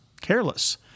careless